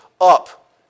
up